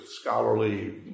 scholarly